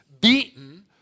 beaten